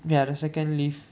ya the second lift